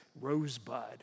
rosebud